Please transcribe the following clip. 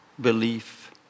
belief